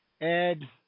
Ed